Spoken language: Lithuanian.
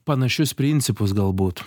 panašius principus galbūt